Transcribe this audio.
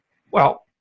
well,